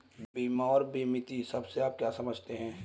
बीमा और बीमित शब्द से आप क्या समझते हैं?